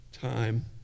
time